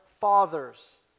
fathers